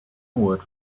word